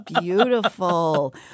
beautiful